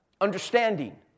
understanding